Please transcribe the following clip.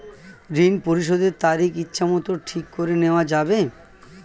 ঋণ পরিশোধের তারিখ ইচ্ছামত ঠিক করে নেওয়া যাবে?